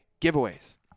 giveaways